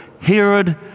Herod